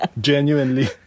genuinely